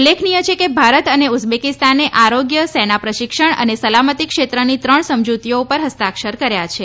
ઉલ્લેખનિય છે કે ભારત અને ઉઝબેકિસ્તાને આરોગ્ય સેના પ્રશિક્ષણ અને સલામતી ક્ષેત્રની ત્રણ સમજૂતીઓ પર ફસ્તાક્ષર કર્યા છે